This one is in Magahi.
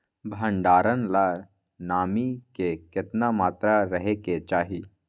भंडारण ला नामी के केतना मात्रा राहेके चाही?